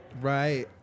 Right